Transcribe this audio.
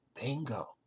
Bingo